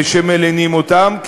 שמלינים אותם.